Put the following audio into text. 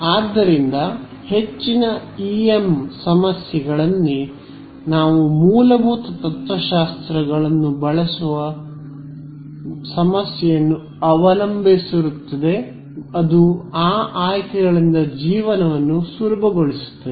ಆದ್ದರಿಂದ ಹೆಚ್ಚಿನ ಇಎಮ್ ಸಮಸ್ಯೆಗಳಲ್ಲಿ ನಾವು ಮೂಲಭೂತ ತತ್ತ್ವಶಾಸ್ತ್ರವನ್ನು ಬಯಸುವ ಸಮಸ್ಯೆಯನ್ನು ಅವಲಂಬಿಸಿರುತ್ತದೆ ಅದು ಆ ಆಯ್ಕೆಗಳಿಂದ ಜೀವನವನ್ನು ಸುಲಭಗೊಳಿಸುತ್ತದೆ